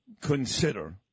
consider